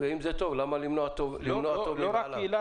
ואם זה טוב למה למנוע טוב מבעליו --- לא רק קהילה,